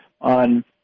on –